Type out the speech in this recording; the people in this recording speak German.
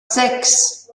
sechs